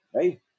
Hey